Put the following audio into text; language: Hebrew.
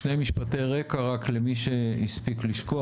שני משפטי רקע רק למי שהספיק לשכוח,